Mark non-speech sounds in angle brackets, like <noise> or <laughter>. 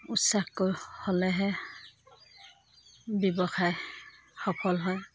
উৎসাহ <unintelligible> হ'লেহে ব্যৱসায় সফল হয়